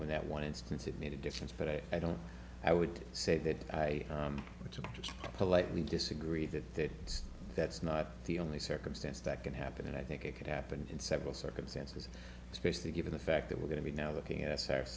when that one instance it made a difference but i i don't i would say that i want to just politely disagree that that that's not the only circumstance that can happen and i think it could happen in several circumstances especially given the fact that we're going to be now looking